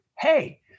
hey